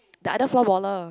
the other four baller